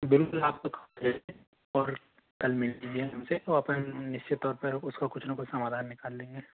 और कल मिलते हैंअपन और निश्चित तौर पे उसका कुछ ना कुछ समाधान निकाल लेंगे